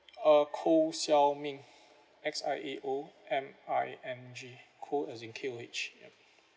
uh koh xiao ming X I A O M I N G koh as in K O H yup